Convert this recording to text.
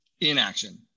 inaction